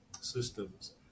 systems